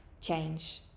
change